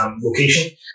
location